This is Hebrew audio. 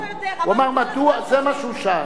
אז זה פחות או יותר, זה מה שהוא שאל.